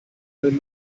einem